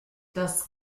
das